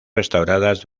restauradas